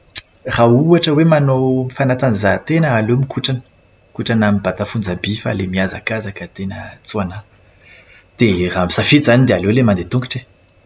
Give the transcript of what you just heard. Raha ohatra hoe manao fanatanjahantena aleo mikotrana. Mikotrana mibata fonjam-by fa ilay mihazakazaka tena tsy ho anahy. Dia raha misafidy izany dia aleo ilay mandeha an-tongotra e.